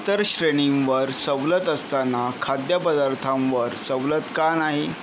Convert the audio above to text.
इतर श्रेणींवर सवलत असताना खाद्यपदार्थांवर सवलत का नाही